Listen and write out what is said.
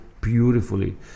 beautifully